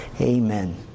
Amen